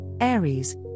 Aries